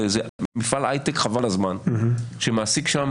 זה מפעל הייטק חבל על הזמן שמעסיק שם